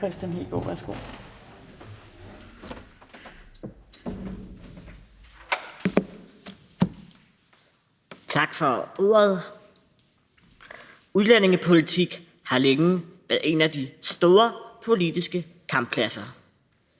Kristian Hegaard (RV): Tak for ordet. Udlændingepolitik har længe været en af de store politiske kamppladser: